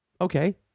okay